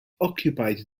occupied